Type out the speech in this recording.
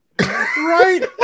Right